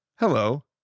Hello